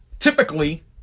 Typically